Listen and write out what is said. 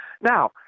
now